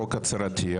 חוק הצהרתי,